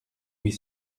huit